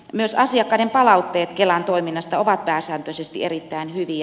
myös asiakkaiden palautteet kelan toiminnasta ovat pääsääntöisesti erittäin hyviä